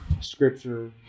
Scripture